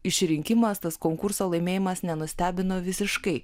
išrinkimas tas konkurso laimėjimas nenustebino visiškai